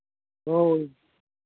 ᱦᱳᱭ